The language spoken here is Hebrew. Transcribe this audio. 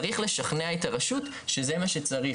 צריך לשכנע את הרשות שזה מה שצריך,